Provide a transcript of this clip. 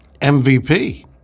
MVP